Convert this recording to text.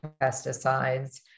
pesticides